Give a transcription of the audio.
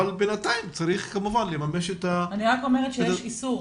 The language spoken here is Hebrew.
אבל בינתיים צריך כמובן לממש את ה --- אני רק אומרת שיש איסור.